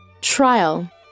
Trial